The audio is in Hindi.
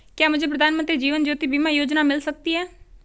क्या मुझे प्रधानमंत्री जीवन ज्योति बीमा योजना मिल सकती है?